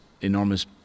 enormous